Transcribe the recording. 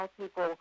people